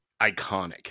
iconic